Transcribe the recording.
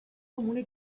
comune